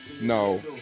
No